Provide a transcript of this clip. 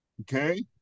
Okay